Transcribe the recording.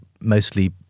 mostly